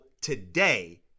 today